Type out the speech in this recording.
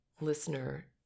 listener